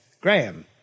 Graham